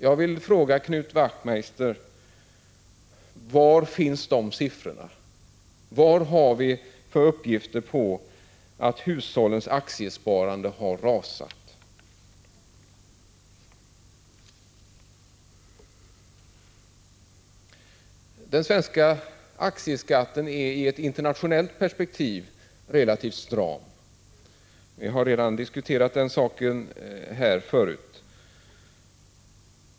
Jag vill fråga Knut Wachtmeister: Var finns sådana siffror? Vad har vi för uppgifter på att hushållens aktiesparande har rasat? Den svenska aktieskatten är i ett internationellt perspektiv relativt stram. Vi har redan diskuterat den saken här förut.